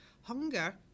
Hunger